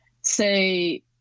say